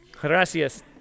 Gracias